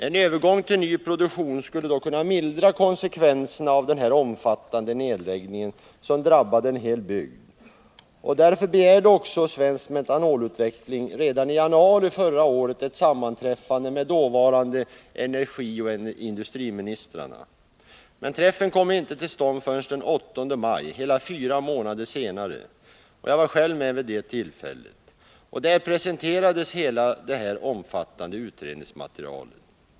En övergång till ny produktion skulle kunna mildra konsekvenserna av denna omfattande nedläggning, som drabbade en hel bygd. Därför begärde Svensk Metanolutveckling redan i januari förra året ett sammanträffande med dåvarande energioch industriministrarna. Men träffen kom inte till stånd förrän den 8 maj, hela fyra månader senare. Jag var själv med vid det tillfället. Där presenterades hela det omfattande utredningsmaterialet.